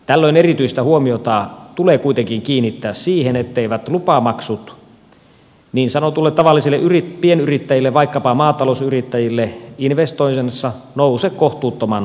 tällöin erityistä huomiota tulee kuitenkin kiinnittää siihen etteivät lupamaksut niin sanotuille tavallisille pienyrittäjille vaikkapa maatalousyrittäjille investoidessa nouse kohtuuttoman korkeiksi